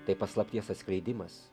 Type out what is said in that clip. tai paslapties atskleidimas